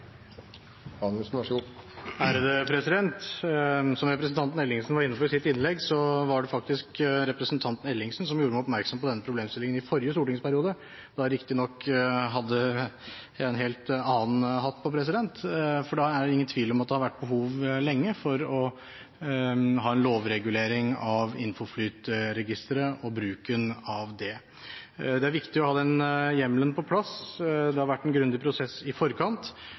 Som representanten Ellingsen var inne på i sitt innlegg, var det faktisk representanten Ellingsen som gjorde meg oppmerksom på denne problemstillingen i forrige stortingsperiode. Da hadde jeg riktignok en helt annen hatt på. Det er ingen tvil om at det lenge har vært behov for å ha en lovregulering av Infoflyt-registeret og bruken av det. Det er viktig å ha den hjemmelen på plass. Det har vært en grundig prosess i forkant,